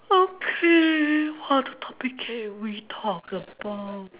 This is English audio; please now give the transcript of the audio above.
okay what are the topic can we talk about